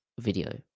video